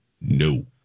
No